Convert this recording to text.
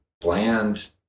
bland